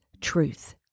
truth